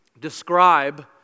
describe